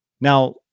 now